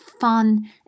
fun